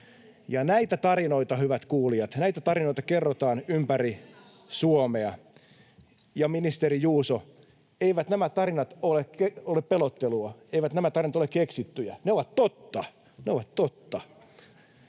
Näitä tarinoita, hyvät kuulijat, kerrotaan ympäri Suomea, ja, ministeri Juuso, eivät nämä tarinat ole pelottelua, eivät nämä tarinat ole keksittyjä. Ne ovat totta